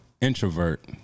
introvert